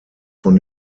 von